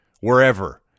wherever